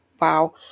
wow